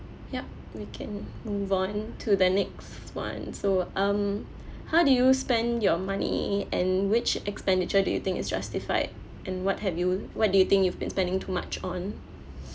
yup we can move on to the next [one] so um how do you spend your money and which expenditure do you think is justified and what have you what do you think you've been spending too much on